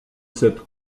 cette